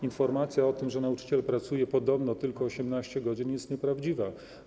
Informacja o tym, że nauczyciel pracuje podobno tylko 18 godzin, jest nieprawdziwa.